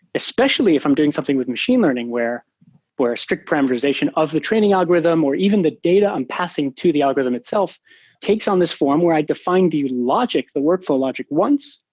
especially if i'm doing something with machine learning where a strict parameterization of the training algorithm or even the data i'm passing to the algorithm itself takes on this form where i define the logic, the workflow logic once.